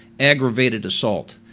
aggravated assault.